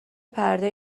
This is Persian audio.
پرده